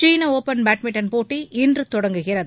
சீன open badminton போட்டி இன்று தொடங்குகிறது